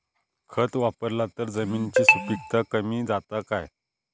खत वापरला तर जमिनीची सुपीकता कमी जाता काय?